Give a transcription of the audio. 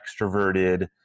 extroverted